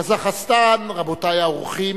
קזחסטן, רבותי האורחים,